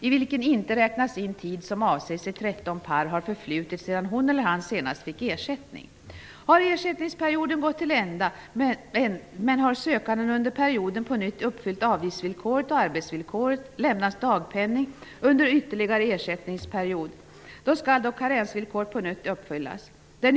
Skillnaderna mot i dag är att man kvalificerar sig genom att betala avgift via skattsedeln och inte genom att vara medlem i någon a-kassa. Herr talman!